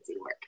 work